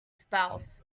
spouse